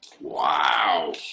Wow